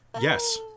Yes